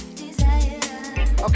Okay